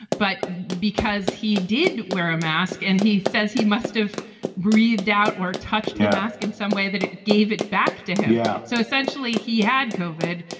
but because he did wear a mask and he says he must have breathed out or touched a mask in some way, that it gave it back to him. yeah so essentially he had covid,